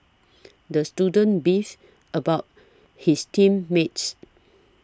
the student beefed about his team mates